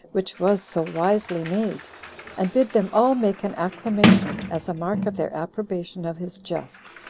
which was so wisely made and bid them all make an acclamation, as a mark of their approbation of his jest,